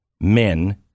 men